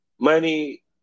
money